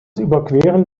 überqueren